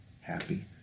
happy